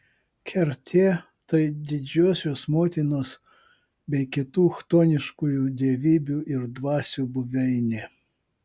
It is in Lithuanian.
kertė tai didžiosios motinos bei kitų chtoniškųjų dievybių ir dvasių buveinė